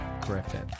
Griffin